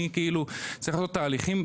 אני צריך לעשות תהליכים.